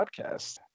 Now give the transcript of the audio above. Podcast